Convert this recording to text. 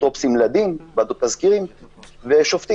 אפוטרופוסים לדין, ועדות תסקירים ושופטים.